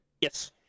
Yes